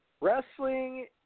wrestling